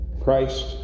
Christ